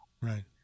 Right